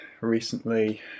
recently